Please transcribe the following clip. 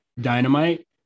Dynamite